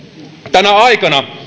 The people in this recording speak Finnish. tänä aikana